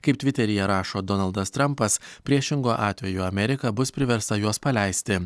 kaip tviteryje rašo donaldas trampas priešingu atveju amerika bus priversta juos paleisti